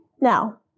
Now